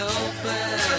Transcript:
open